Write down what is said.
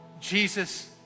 Jesus